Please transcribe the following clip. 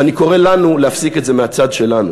ואני קורא לנו להפסיק את זה מהצד שלנו.